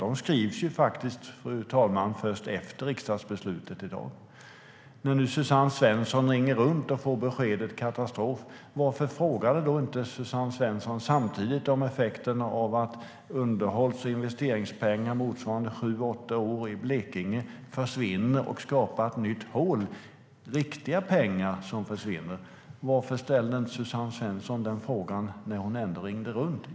De skrivs först efter riksdagsbeslutet i dag. När Suzanne Svensson fick beskedet "katastrof", varför frågade hon inte samtidigt om effekten av att underhålls och investeringspengar motsvarande sju åtta år i Blekinge försvinner och skapar ett nytt hål? Det är ju riktiga pengar som förvinner. Varför ställde Suzanne Svensson inte den frågan när hon ändå ringde?